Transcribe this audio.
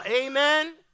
amen